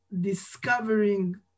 discovering